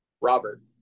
Robert